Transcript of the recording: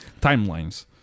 timelines